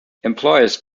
employers